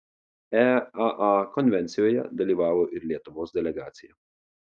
eaa konvencijoje dalyvavo ir lietuvos delegacija